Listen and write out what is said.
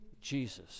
Jesus